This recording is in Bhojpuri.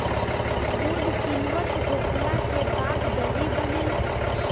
दूध किण्वित होखला के बाद दही बनेला